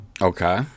Okay